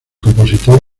compositor